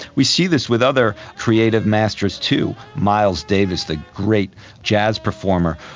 we see this with other creative masters too. miles davis, the great jazz performer,